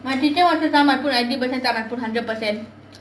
my teacher wanted some I put ninety percent come I put hundred percent